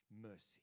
Mercy